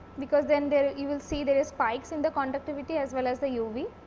because then there you will see there is spikes in the conductivity as well as the uv.